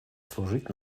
служить